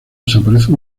desaparece